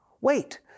Wait